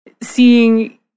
seeing